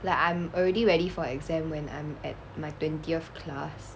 like I'm already ready for exam when I'm at my twentieth class